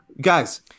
Guys